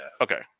Okay